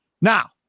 Now